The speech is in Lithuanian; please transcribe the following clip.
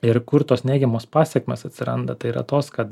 ir kur tos neigiamos pasekmės atsiranda tai yra tos kad